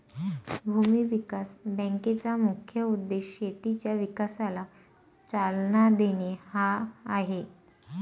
भूमी विकास बँकेचा मुख्य उद्देश शेतीच्या विकासाला चालना देणे हा आहे